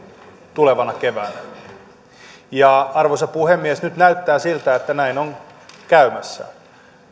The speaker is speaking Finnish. tulevana keväänä arvoisa puhemies nyt näyttää siltä että näin on käymässä